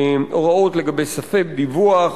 הוראות לגבי ספק דיווח,